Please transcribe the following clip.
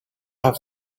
have